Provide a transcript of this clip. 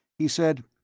he said,